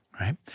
right